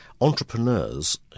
entrepreneurs